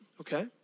okay